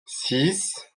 six